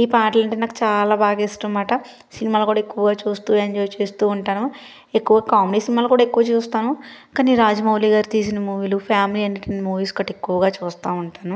ఈ పాటలంటే నాకు చాల బాగా ఇష్టంమట సినిమాలు కూడ ఎక్కువగా చూస్తూ ఎక్కువ ఎంజాయ్ చేస్తూ ఉంటాను ఎక్కువ కామెడీ సినిమాలు కూడా ఎక్కువ చూస్తాను కానీ రాజమౌళి గారు తీసిన మూవీలు ఫ్యామిలీ ఎంటర్టైన్మెంట్ మూవీస్ ఎక్కువ చూస్తూ ఉంటాను